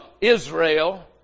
Israel